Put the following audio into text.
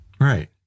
right